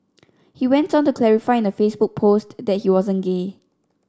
he went on to clarify in the Facebook post that he wasn't gay